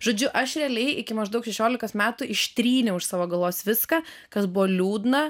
žodžiu aš realiai iki maždaug šešiolikos metų ištryniau iš savo galvos viską kas buvo liūdna